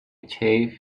achieve